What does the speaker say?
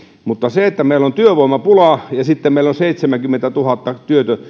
mutta se että meillä on työvoimapula ja meillä on seitsemänkymmentätuhatta